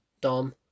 Dom